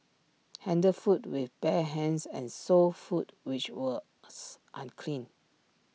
handled food with bare hands and sold food which was unclean